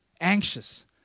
anxious